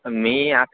मी आ